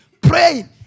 praying